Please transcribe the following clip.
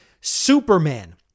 Superman